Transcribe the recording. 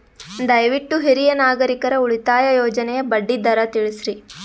ದಯವಿಟ್ಟು ಹಿರಿಯ ನಾಗರಿಕರ ಉಳಿತಾಯ ಯೋಜನೆಯ ಬಡ್ಡಿ ದರ ತಿಳಸ್ರಿ